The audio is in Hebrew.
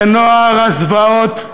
זה נוער הזוועות,